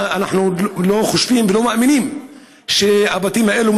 אנחנו לא חושבים ולא מאמינים שהבתים האלה